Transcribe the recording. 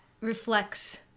reflects